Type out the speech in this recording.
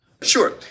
Sure